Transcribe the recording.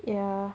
ya